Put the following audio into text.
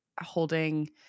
holding